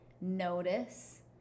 notice